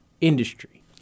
industry